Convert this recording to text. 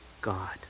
God